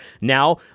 now